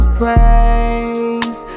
praise